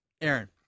Aaron